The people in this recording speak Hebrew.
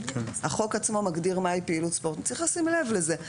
החוק עצמו מגדיר מהי פעילות ספורט וצריך לשים לב לזה,